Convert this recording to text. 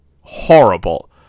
horrible